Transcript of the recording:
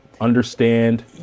understand